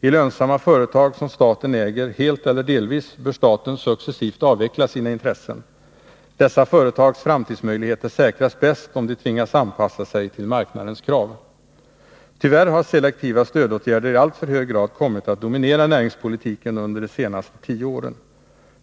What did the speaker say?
I lönsamma företag, som staten äger helt eller delvis, bör staten successivt avveckla sina intressen. Dessa företags framtidsmöjligheter säkras bäst om de tvingas anpassa sig till marknadens krav. Tyvärr har selektiva stödåtgärder i alltför hög grad kommit att dominera näringspolitiken under de senaste tio åren.